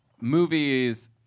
movies